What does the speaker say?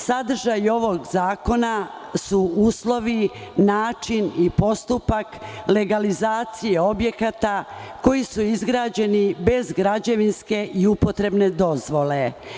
Sadržaj ovog zakona su uslovi, način i postupak legalizacije objekata koji su izgrađeni bez građevinske i upotrebne dozvole.